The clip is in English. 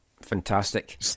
fantastic